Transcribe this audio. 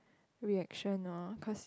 reaction loh cause